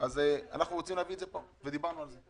אנחנו רוצים להביא את זה פה, ודיברנו על זה.